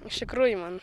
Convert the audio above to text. iš tikrųjų man